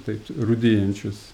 taip rūdyjančius